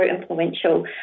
influential